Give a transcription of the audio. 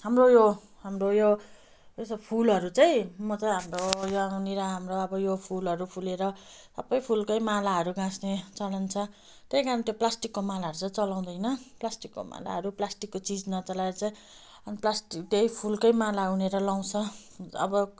हाम्रो यो हाम्रो यो यसो फुलहरू चाहिँ म चाहिँ हाम्रो यहाँ यहाँनिर हाम्रो अब यो फुलहरू फुलेर सबै फुलकै मालाहरू गाँस्ने चलन छ त्यही कारण त्यो प्लास्टिकको मालाहरू चाहिँ चलाउँदैन प्लास्टिकको मालाहरू प्लास्टिकको चिज नचलाएर चाहिँ अन्त त्यही फुलकै माला उनेर लगाउँछ अब